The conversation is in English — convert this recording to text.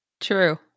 True